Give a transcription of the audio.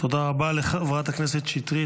תודה רבה לחברת הכנסת שטרית.